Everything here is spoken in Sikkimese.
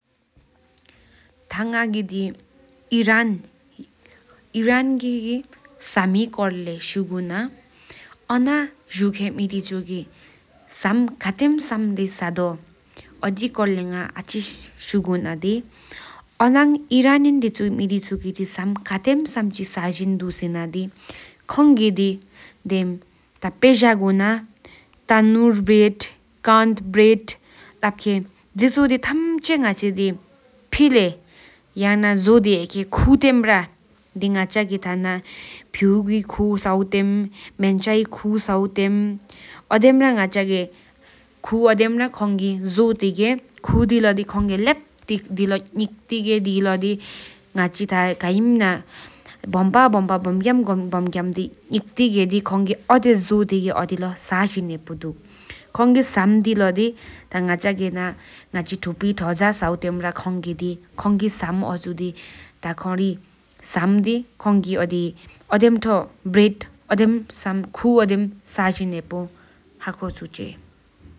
ཐ་ང་ཀེ་དེའི་ཨི་རན། ཨི་རན་གེ་ཀེ་ས་མེད་སྐོར་ལས་ཤུག་ན་ཨོ་ན་ཞུ་ཁེ་མ་དེ་ཆུ་ཀེ་སམ་ཁ་ཏོམ་སམ་དེ་སམ་སོ། ཨོ་དི་སྐོར་ལས་ང་ཨ་ཅི་ཅིག་ཤུག་ན་དེ་ཨོ་ནང་ཨི་རན་ཀེ་མ་དེ་ཆུ་ཀེ་སམ་ཁ་ཏོམ་ས་ཅིག་ས་གྱེན་དུག་སེ་ན་དེ། ཁོང་ཀེ་དེ་དེམ་ཕི་གཡག་གུ་ན་ཐང་ཌོར་བུརེད་དེ་ ཀན་ཌ་བུརེད་ལག་ ཁེན་ཐེ་ཆོ་དེ་ཐན་ཆེ་ ང་ཆེ་ཀེ་ ཕེ་ལས་ཡ་ནོ་ཞུ་ཡ་ཁེ་ཁོག་དེ་མ་རོ་དེ་ ང་ཅག་ཀེ་དར་ན་ ཕོ་ཏྲོ་ཁའི་དར་ན་ཟོ། མི་ངྱི་དེ་ཁོ་སའ་དེམ། ཨོ་སིང་རར་ང་ཅོག་ཀེ་ཁའ་ཨོ་སིང་རར་ཁོང་ཀེ་ཞུ་དི་ཁོ་དེི་གཞི་གུན་ནིག་ཀ་དེ་ལོའི་གཞི་གུར་ཨོ་དི་ལོ་སྐྱེང་སེ་དི་ངེ། ཉི་མ་གཞི་གུར་ཆ་ཡ་གར་རོོ་ང་ པོ་འཽའི་གཞི་གུལ་གཡང་ལོ་ཤེ་ཡོ་དག་སྐྱེན་ཞིག་འགྲོལ་ཡོ་དེ་ཀུག་ ཞུ་ཁོང་གི་གཡང་གཞིག་གུར་ཞིད་ཝོ་ཁ་འེད་འོ་འོ་ཤེ་ཡོ་ཨོ་ཁོཀ་འཛུག་འོ་ཤེ་དེས་ཞེས་གཡ་འཁར་འུ།